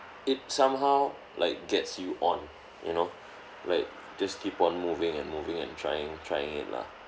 it somehow like gets you on you know like just keep on moving and moving and trying trying it lah